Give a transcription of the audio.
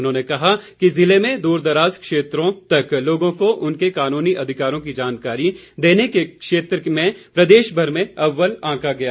उन्होंने कहा कि जिले में दूर दराज क्षेत्रों तक लोगों को उनके कानूनी अधिकारों की जानकारी देने के क्षेत्र में प्रदेशभर में अव्वल आंका गया है